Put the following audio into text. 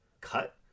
cut